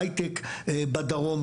ההייטק בדרום.